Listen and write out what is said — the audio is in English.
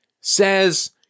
says